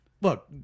look